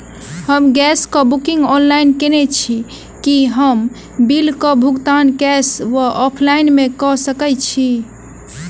हम गैस कऽ booking online केने छी, की हम बिल कऽ भुगतान कैश वा ऑफलाइन मे कऽ सकय छी?